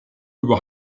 über